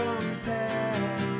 compare